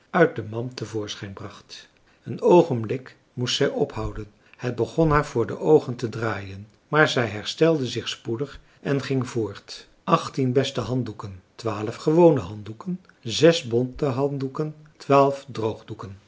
uit de mand te voorschijn bracht een oogenblik moest zij ophouden het begon haar voor de oogen te draaien maar zij herstelde zich spoedig en ging voort achttien beste handdoeken twaalf gewone handdoeken zes bonte handdoeken twaalf droogdoeken